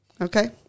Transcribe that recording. Okay